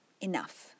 enough